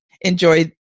Enjoy